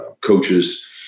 coaches